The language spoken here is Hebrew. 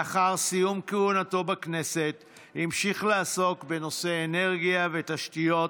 לאחר סיום כהונתו בכנסת המשיך לעסוק בנושאי אנרגיה ותשתיות,